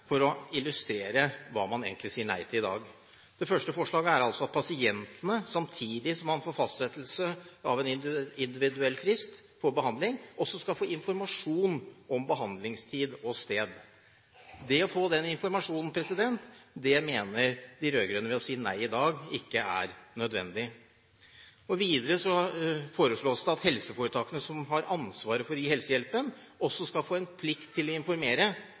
for å illustrere hva man egentlig sier nei til i dag. Det første forslaget er «a) at pasienten samtidig med fastsettelse av en individuell frist for behandling også gis informasjon om behandlingstid og -sted». Det å få den informasjonen mener de rød-grønne ved å si nei i dag ikke er nødvendig. Videre foreslås det «b) at det helseforetaket som har ansvar for å gi helsehjelpen, også får plikt til å informere